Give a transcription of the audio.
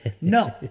No